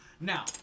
Now